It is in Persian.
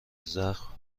زخم